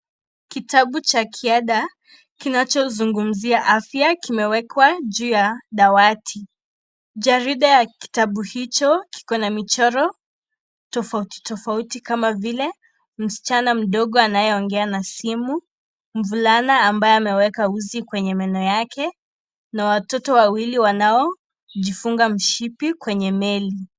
Kitabu cha kiada kinacho zungumzia afya kimewekwa juu ya dawadi , jarida ya kitabu hicho kiko na michoro tofauto tofauti kama vile msichana mdogo anayeongea na simu , mvulana amabye ameweka uzi kwenye meno yake, na watoto wawili wanaofunga mshipi kwenye meli.